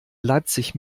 leipzig